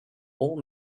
old